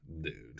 dude